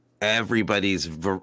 everybody's